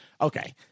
okay